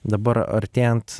dabar artėjant